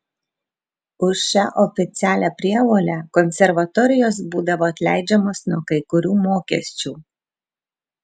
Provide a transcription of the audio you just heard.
už šią oficialią prievolę konservatorijos būdavo atleidžiamos nuo kai kurių mokesčių